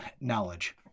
knowledge